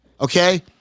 okay